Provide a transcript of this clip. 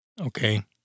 Okay